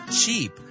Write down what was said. cheap